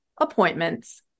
appointments